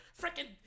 freaking